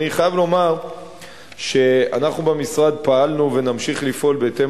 אני חייב לומר שאנחנו במשרד פעלנו ונמשיך לפעול בהתאם